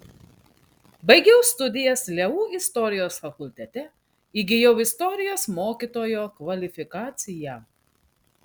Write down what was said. baigiau studijas leu istorijos fakultete įgijau istorijos mokytojo kvalifikaciją